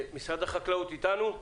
משרד החקלאות איתנו?